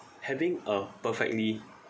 having a perfectly